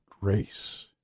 grace